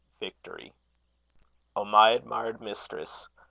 victory o my admired mistress,